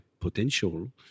potential